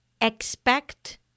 expect